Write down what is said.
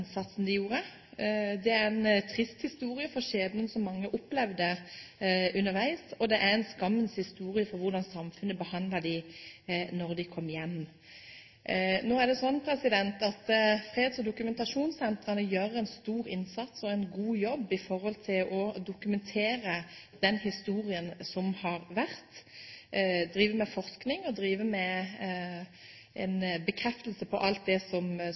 for skjebnen som mange opplevde underveis, og det er en skammens historie for hvordan samfunnet behandlet dem da de kom hjem. Nå er det slik at freds- og dokumentasjonssentrene gjør en stor innsats og en god jobb med å dokumentere den historien som har vært. De driver med forskning, og de driver med bekreftelse på alt det som